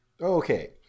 Okay